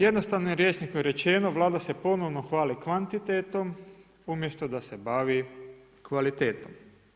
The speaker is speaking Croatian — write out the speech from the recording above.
Jednostavnim rječnikom rečeno Vlada se ponovno hvali kvantitetom umjesto da se bavi kvalitetom.